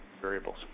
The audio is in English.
variables